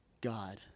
God